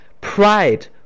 pride